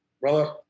brother